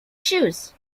shoes